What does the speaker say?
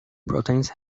proteins